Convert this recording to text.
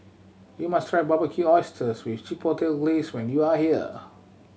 you must try Barbecued Oysters with Chipotle Glaze when you are here